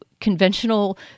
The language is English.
conventional